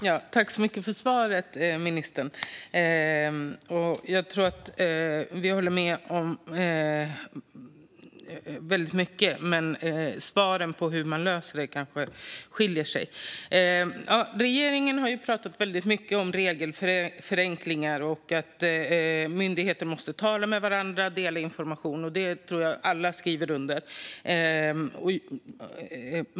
Fru talman! Jag tackar för svaret, ministern! Vi håller med varandra i mycket, men lösningarna skiljer sig åt. Regeringen har pratat mycket om regelförenklingar. Myndigheter måste tala med varandra och dela information. Det tror jag alla skriver under på.